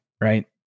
right